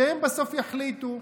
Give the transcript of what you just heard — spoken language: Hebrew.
והם בסוף יחליטו.